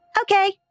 Okay